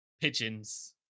pigeons